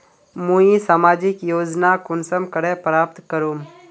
मुई सामाजिक योजना कुंसम करे प्राप्त करूम?